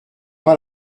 pas